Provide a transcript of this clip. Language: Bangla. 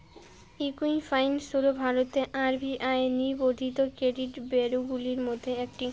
ঈকুইফ্যাক্স হল ভারতের আর.বি.আই নিবন্ধিত ক্রেডিট ব্যুরোগুলির মধ্যে একটি